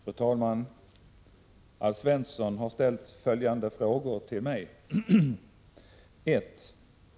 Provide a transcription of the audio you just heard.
Fru talman! Alf Svensson har ställt följande frågor till mig: 1.